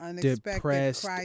depressed